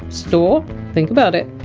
store think about it,